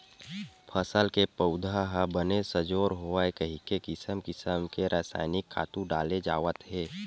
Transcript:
फसल के पउधा ह बने सजोर होवय कहिके किसम किसम के रसायनिक खातू डाले जावत हे